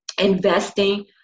investing